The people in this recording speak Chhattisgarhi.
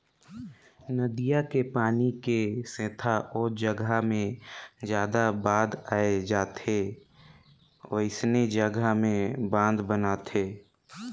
नदिया के पानी के सेथा ओ जघा मे जादा बाद आए जाथे वोइसने जघा में बांध बनाथे